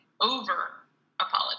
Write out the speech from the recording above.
over-apologize